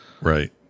Right